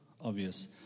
obvious